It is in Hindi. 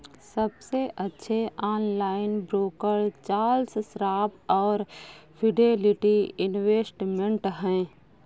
सबसे अच्छे ऑनलाइन ब्रोकर चार्ल्स श्वाब और फिडेलिटी इन्वेस्टमेंट हैं